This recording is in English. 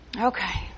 Okay